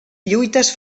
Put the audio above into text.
lluites